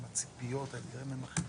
הציפיות, האתגרים הם אחרים.